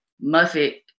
Muffet